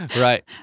Right